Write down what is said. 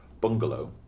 bungalow